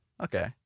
okay